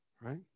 right